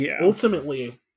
ultimately